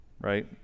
Right